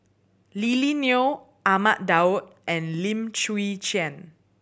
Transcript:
Lily Neo Ahmad Daud and Lim Chwee Chian